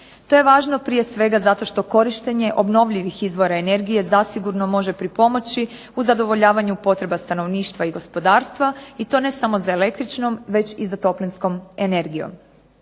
To je važno prije svega zato što korištenje obnovljivih izvora energije zasigurno može pripomoći u zadovoljavanju potreba stanovništva i gospodarstva i to ne samo za električnom već i za toplinskom energijom.